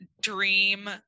dream